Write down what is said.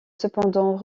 cependant